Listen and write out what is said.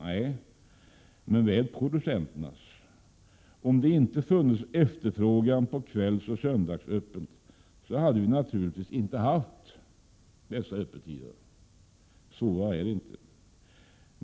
Nej, men väl på producenternas. Om det inte funnits efterfrågan på kvällsoch söndagsöppet, så hade vi naturligtvis inte haft dessa öppettider — svårare är det inte.